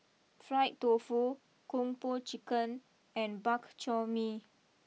Fried Tofu Kung Po Chicken and Bak Chor Mee